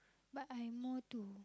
but I more to